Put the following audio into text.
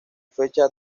fecha